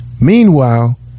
Meanwhile